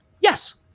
Yes